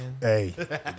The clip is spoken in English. Hey